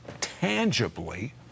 tangibly